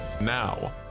Now